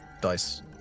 dice